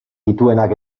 dituenak